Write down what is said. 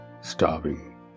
starving